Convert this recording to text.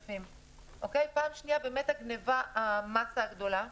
פעם שנייה, באמת המסה הגדולה.